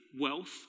wealth